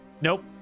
Nope